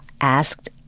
asked